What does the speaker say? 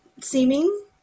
seeming